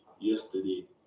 yesterday